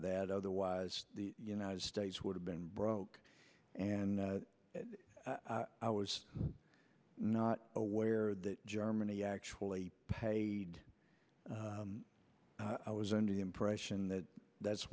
that otherwise the united states would have been broke and i was not aware that germany actually paid i was under the impression that that's